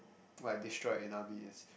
like destroyed in army is